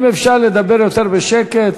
אם אפשר לדבר יותר בשקט,